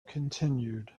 continued